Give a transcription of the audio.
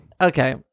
okay